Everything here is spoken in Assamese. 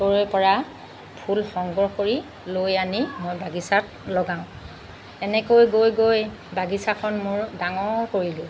ত'ৰে পৰা ফুল সংগ্ৰহ কৰি লৈ আনি মই বাগিচাত লগাওঁ এনেকৈ গৈ গৈ বাগিচাখন মোৰ ডাঙৰ কৰিলোঁ